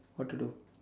what to do